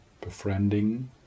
befriending